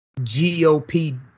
GOP